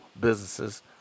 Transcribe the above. businesses